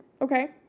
okay